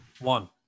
one